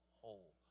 whole